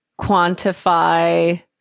quantify